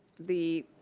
the,